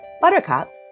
Buttercup